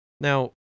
Now